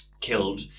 killed